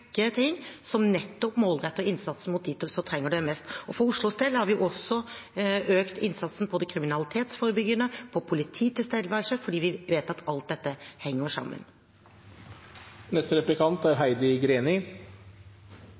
ting som nettopp målretter innsatsen mot dem som trenger det mest. For Oslos del har vi også økt innsatsen på det kriminalitetsforebyggende og på polititilstedeværelse, for vi vet at alt dette henger sammen. Trygge og gode boforhold er